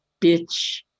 bitch